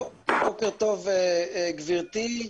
בוקר טוב, גברתי.